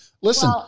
Listen